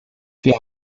wir